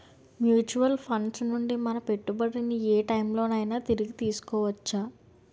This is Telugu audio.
మ్యూచువల్ ఫండ్స్ నుండి మన పెట్టుబడిని ఏ టైం లోనైనా తిరిగి తీసుకోవచ్చా?